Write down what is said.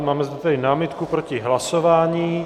Máme zde tedy námitku proti hlasování.